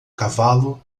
cavalo